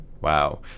Wow